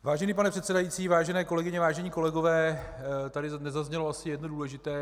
Vážený pane předsedající, vážené kolegyně, vážení kolegové, tady dnes asi nezaznělo jedno důležité.